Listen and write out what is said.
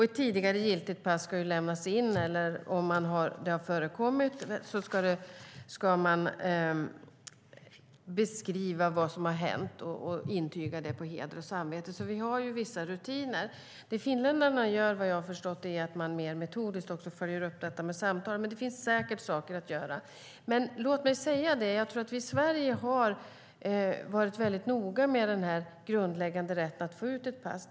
Ett tidigare giltigt pass ska lämnas in, och om det har förkommit ska man beskriva vad som har hänt och intyga det på heder och samvete. Vi har alltså vissa rutiner. Det finländarna gör är, vad jag har förstått, att man mer metodiskt följer upp detta med samtal. Men det finns säkert saker att göra. Låt mig säga att vi i Sverige har varit väldigt noga med den grundläggande rätten att få ut pass.